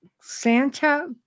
Santa